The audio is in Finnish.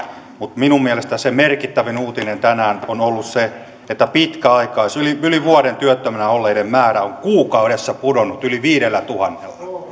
mutta minun mielestäni se merkittävin uutinen tänään on ollut se että pitkäaikaistyöttömien yli vuoden työttömänä olleiden määrä on kuukaudessa pudonnut yli viidellä tuhannella